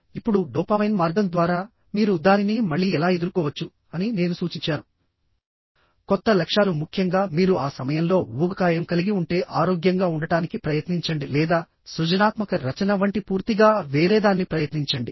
ఇప్పుడు డోపామైన్ మార్గం ద్వారా మీరు దానిని మళ్లీ ఎలా ఎదుర్కోవచ్చు అని నేను సూచించాను కొత్త లక్ష్యాలు ముఖ్యంగా మీరు ఆ సమయంలో ఊబకాయం కలిగి ఉంటే ఆరోగ్యంగా ఉండటానికి ప్రయత్నించండి లేదా సృజనాత్మక రచన వంటి పూర్తిగా వేరేదాన్ని ప్రయత్నించండి